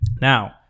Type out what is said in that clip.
Now